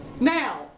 Now